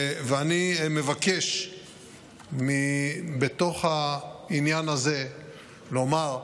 אני מבקש בתוך העניין הזה לומר: